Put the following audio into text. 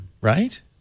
right